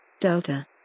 Delta